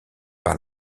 par